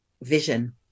vision